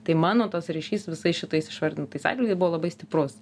tai mano tas ryšys visais šitais išvardintais atvejais buvo labai stiprus